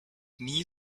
nie